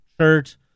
shirt